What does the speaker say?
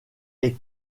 est